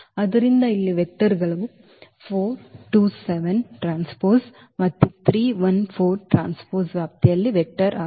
ಆದ್ದರಿಂದ ಇಲ್ಲಿ ವೆಕ್ಟರ್ಗಳು ಮತ್ತು ವ್ಯಾಪ್ತಿಯಲ್ಲಿ ವೆಕ್ಟರ್ ಆಗಿದೆ